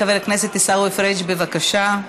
חבר הכנסת עיסאווי פריג', בבקשה,